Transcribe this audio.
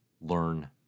learn